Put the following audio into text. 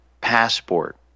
passport